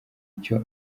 icyo